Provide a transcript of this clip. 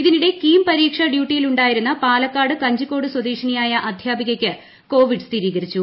ഇതിനിടെ കീം പരീക്ഷ ഡ്യൂട്ടിയിലുണ്ടായിരുന്നു പാലക്കാട് കഞ്ചിക്കോട് സ്വദേശിനിയായ അധ്യാപികയ്ക്ക് കോവിഡ് സ്ഥിരീകരിച്ചു